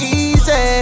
easy